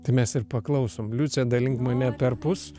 tai mes ir paklausom liucė dalink mane perpus